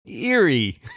eerie